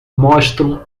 mostram